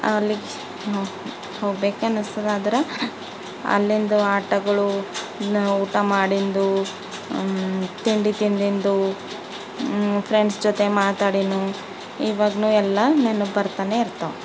ಅಲ್ಲಿಗೆ ಹೋಗ್ಬೇಕು ಅನಿಸ್ತದ ಆದ್ರೆ ಅಲ್ಲಿಂದು ಆಟಗಳು ಊಟ ಮಾಡಿದ್ದು ತಿಂಡಿ ತಿಂದಿದ್ದು ಫ್ರೆಂಡ್ಸ್ ಜೊತೆ ಮಾತಾಡಿನೂ ಇವಾಗನೂ ಎಲ್ಲ ನೆನ್ಪು ಬರ್ತಾನೆಯಿರ್ತಾವೆ